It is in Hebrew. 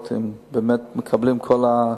כדי לראות אם הם מקבלים את כל השירותים.